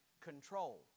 control